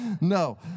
No